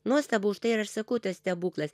nuostabu užtai ir aš sakau tas stebuklas